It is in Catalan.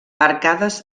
arcades